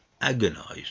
agonized